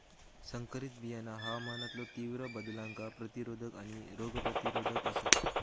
संकरित बियाणा हवामानातलो तीव्र बदलांका प्रतिरोधक आणि रोग प्रतिरोधक आसात